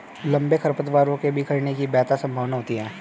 लंबे खरपतवारों के बिखरने की बेहतर संभावना होती है